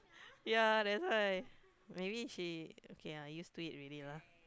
ya that's why maybe she okay ya used to it already lah